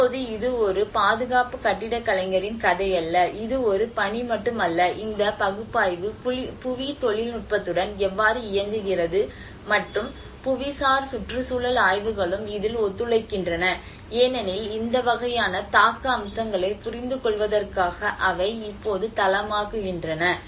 இப்போது இது ஒரு பாதுகாப்பு கட்டிடக் கலைஞரின் கதை அல்ல இது ஒரு பணி மட்டுமல்ல இந்த பகுப்பாய்வு புவி தொழில்நுட்பத்துடன் எவ்வாறு இயங்குகிறது மற்றும் புவிசார் சுற்றுச்சூழல் ஆய்வுகளும் இதில் ஒத்துழைக்கின்றன ஏனெனில் இந்த வகையான தாக்க அம்சங்களைப் புரிந்து கொள்வதற்காக அவை இப்போது தளமாகின்றன